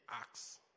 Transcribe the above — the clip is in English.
acts